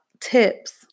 tips